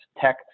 tech